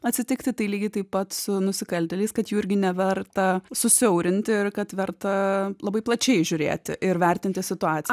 atsitikti tai lygiai taip pat su nusikaltėliais kad jų irgi neverta susiaurinti ir kad verta labai plačiai žiūrėti ir vertinti situaciją